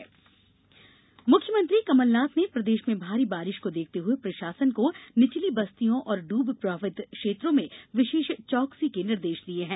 कमलनाथ बाढ़ मुख्यमंत्री कमलनाथ ने प्रदेश में भारी बारिश को देखते हुए प्रशासन को निचली बस्तियों और डूब प्रभावित क्षेत्रों में विशेष चौकसी के निर्देश दिए हैं